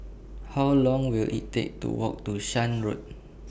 How Long Will IT Take to Walk to Shan Road